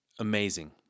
Amazing